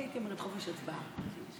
יש חופש הצבעה.